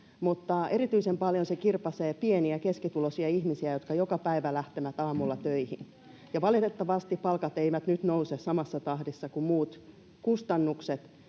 mutta erityisen paljon se kirpaisee pieni- ja keskituloisia ihmisiä, jotka joka päivä lähtevät aamulla töihin. Valitettavasti palkat eivät nyt nouse samassa tahdissa kuin muut kustannukset,